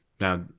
now